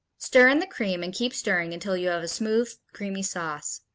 stir in the cream and keep stirring until you have a smooth, creamy sauce.